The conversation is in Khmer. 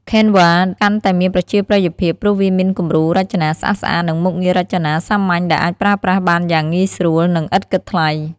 Canva កាន់តែមានប្រជាប្រិយភាព ព្រោះវាមានគំរូរចនាស្អាតៗ និងមុខងាររចនាសាមញ្ញដែលអាចប្រើប្រាស់បានយ៉ាងងាយស្រួល និងឥតគិតថ្លៃ។